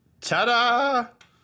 Ta-da